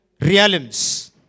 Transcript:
realms